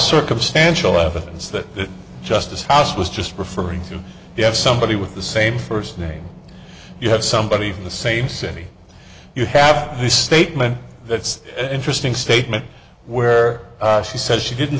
circumstantial evidence that the justice house was just referring to you have somebody with the same first name you have somebody from the same city you have the statement that's an interesting statement where she says she didn't